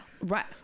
Right